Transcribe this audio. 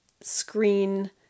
screen